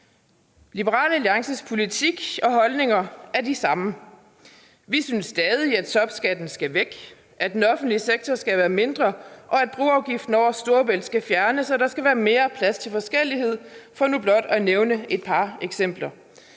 Liberal Alliances politik og holdninger er de samme. Vi synes stadig, at topskatten skal væk, at den offentlige sektor skal være mindre, at broafgiften over Storebælt skal fjernes, og at der skal være mere plads til forskellighed – for nu blot at nævne et par eksempler.